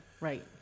right